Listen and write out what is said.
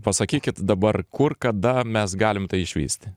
pasakykit dabar kur kada mes galim tai išvysti